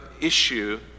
issue